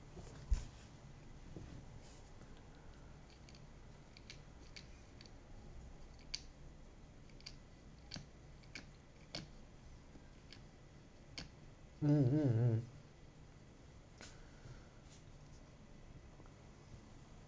mm mm mm